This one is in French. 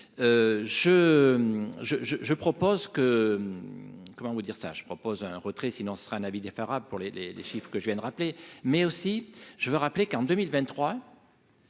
je propose un retrait, sinon ce sera un avis défavorable pour les les les chiffre que je viens de rappeler mais aussi, je veux rappeler qu'en 2023